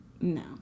no